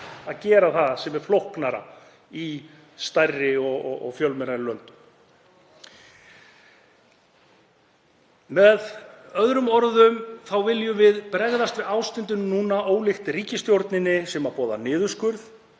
að gera það sem er flóknara í stærri og fjölmennari löndum. Með öðrum orðum þá viljum við bregðast við ástandinu núna, ólíkt ríkisstjórninni sem boðar niðurskurð,